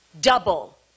double